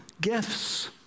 gifts